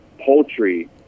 poultry